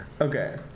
Okay